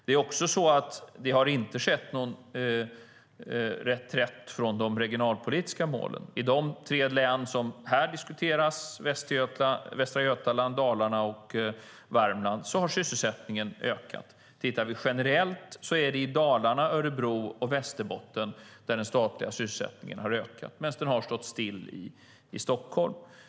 Det har inte heller skett någon reträtt från de regionalpolitiska målen. I de tre län som här diskuteras, alltså Västra Götaland, Dalarna och Värmland, har sysselsättningen ökat. Tittar vi generellt är det i Dalarna, Örebro och Västerbotten den statliga sysselsättningen har ökat, medan den har stått still i Stockholm.